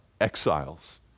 exiles